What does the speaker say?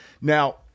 Now